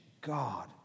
God